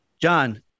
John